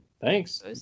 thanks